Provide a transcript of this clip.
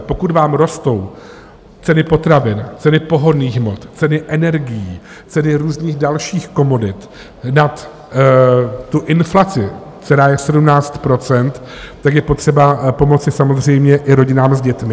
Pokud vám rostou ceny potravin, ceny pohonných hmot, ceny energií, ceny různých dalších komodit, nad inflaci, která je 17 %, tak je potřeba pomoci samozřejmě i rodinám s dětmi.